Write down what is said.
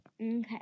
Okay